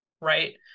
right